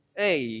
hey